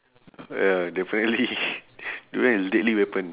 ya definitely durian is deadly weapon